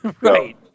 Right